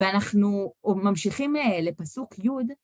ואנחנו ממשיכים לפסוק י'